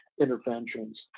interventions